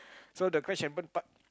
so the crash and burn part